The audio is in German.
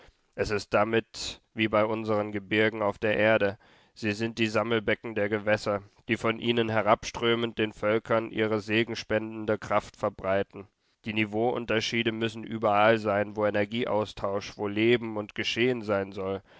es ist damit wie bei unsern gebirgen auf der erde sie sind die sammelbecken der gewässer die von ihnen herabströmend den völkern ihre segenspendende kraft verbreiten die niveauunterschiede müssen überall sein wo energieaustausch wo leben und geschehen sein soll